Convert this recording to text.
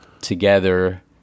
together